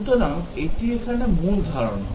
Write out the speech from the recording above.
সুতরাং এটি এখানে মূল ধারণা